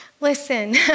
listen